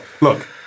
Look